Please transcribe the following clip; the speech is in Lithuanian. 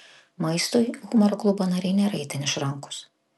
maistui humoro klubo nariai nėra itin išrankūs